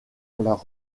leur